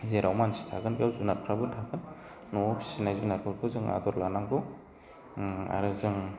जेराव मानसि थागोन बेयाव जुनारफ्राबो थागोन न'आव फिसिनाय जुनादफोरखौ जों आदर लानांगौ आरो जों